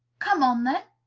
come on, then!